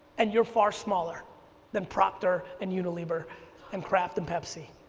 and you're far smaller than procter and unilever and kraft them pepsi.